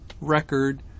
record